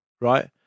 right